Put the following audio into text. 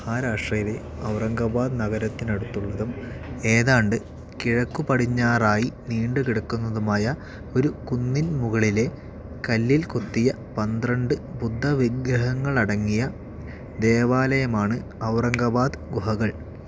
മഹാരാഷ്ട്രയിലെ ഔറംഗബാദ് നഗരത്തിനടുത്തുള്ളതും ഏതാണ്ട് കിഴക്കുപടിഞ്ഞാറായി നീണ്ടുകിടക്കുന്നതുമായ ഒരു കുന്നിൻമുകളിലെ കല്ലിൽക്കൊത്തിയ പന്ത്രണ്ട് ബുദ്ധവിഗ്രഹങ്ങളടങ്ങിയ ദേവാലയമാണ് ഔറംഗബാദ് ഗുഹകൾ